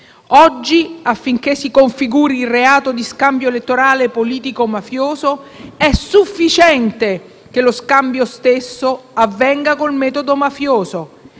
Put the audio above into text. Oggi affinché si configuri il reato di scambio elettorale politico-mafioso è sufficiente che lo scambio stesso avvenga con il metodo mafioso,